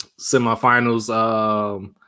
semifinals